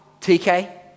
TK